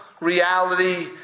reality